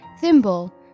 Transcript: Thimble